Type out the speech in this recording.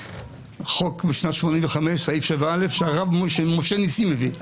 חוק משנת 85' סעיף 7א שהרב משה ניסים הביא.